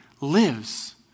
lives